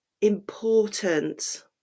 important